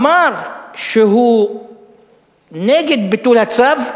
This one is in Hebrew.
אמר שהוא נגד ביטול הצו,